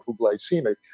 hypoglycemic